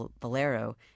Valero